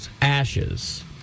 ashes